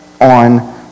on